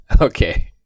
Okay